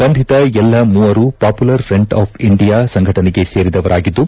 ಬಂಧಿತ ಎಲ್ಲ ಮೂವರು ಪಾಪುಲರ್ ಫ್ರಂಟ್ ಆಫ್ ಇಂಡಿಯಾ ಸಂಘಟನೆಗೆ ಸೇರಿದವರಾಗದ್ದು